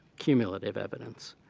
cumulative evidence.